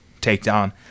takedown